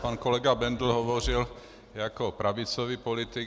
Pan kolega Bendl hovořil jako pravicový politik.